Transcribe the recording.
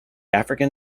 african